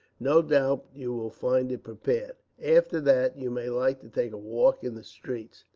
no doubt you will find it prepared after that, you may like to take a walk in the streets.